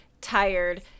tired